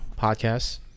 podcasts